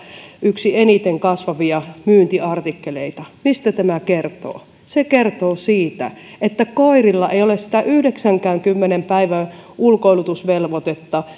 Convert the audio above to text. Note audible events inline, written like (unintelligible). yksi eniten kasvavia myyntiartikkeleita mistä tämä kertoo se kertoo siitä että koirilla ei ole sitä yhdeksäänkymmeneen päivänkään ulkoilutusvelvoitetta (unintelligible)